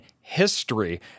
history